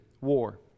war